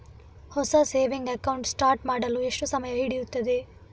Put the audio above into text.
ಹೊಸ saving account start ಮಾಡಲು ಎಷ್ಟು ಸಮಯ ಹಿಡಿಯುತ್ತದೆ?